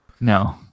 No